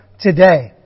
today